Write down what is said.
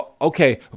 Okay